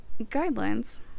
guidelines